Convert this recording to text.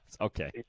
okay